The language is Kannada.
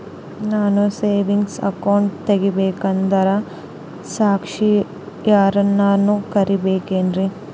ನಾನು ಸೇವಿಂಗ್ ಅಕೌಂಟ್ ತೆಗಿಬೇಕಂದರ ಸಾಕ್ಷಿಯವರನ್ನು ಕರಿಬೇಕಿನ್ರಿ?